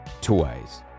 twice